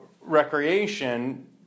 recreation